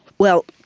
well,